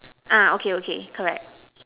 ah okay okay correct